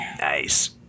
Nice